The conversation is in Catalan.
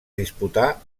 disputar